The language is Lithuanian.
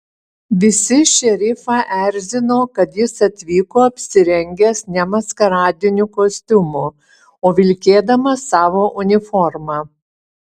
visi šerifą erzino kad jis atvyko apsirengęs ne maskaradiniu kostiumu o vilkėdamas savo uniformą